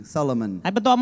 Solomon